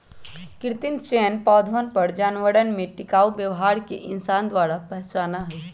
कृत्रिम चयन पौधवन और जानवरवन में टिकाऊ व्यवहार के इंसान द्वारा पहचाना हई